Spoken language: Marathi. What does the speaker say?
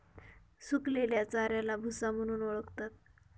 सुकलेल्या चाऱ्याला भुसा म्हणून ओळखतात